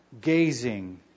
Gazing